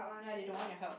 ya they don't want your help